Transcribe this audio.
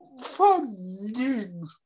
funding